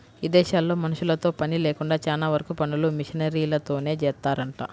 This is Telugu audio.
ఇదేశాల్లో మనుషులతో పని లేకుండా చానా వరకు పనులు మిషనరీలతోనే జేత్తారంట